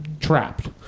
trapped